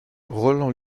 roland